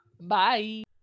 Bye